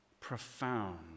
profound